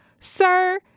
sir